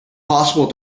possible